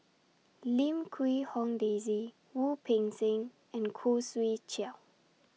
Lim Quee Hong Daisy Wu Peng Seng and Khoo Swee Chiow